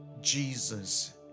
Jesus